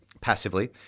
passively